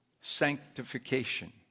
sanctification